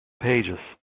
pages